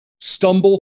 stumble